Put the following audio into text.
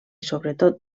sobretot